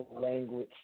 language